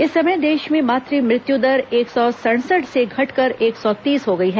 इस समय देश में मातृ मृत्यु दर एक सौ सड़सठ से घटकर एक सौ तीस हो गई है